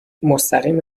مستقیم